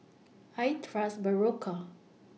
I Trust Berocca